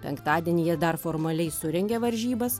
penktadienį jie dar formaliai surengė varžybas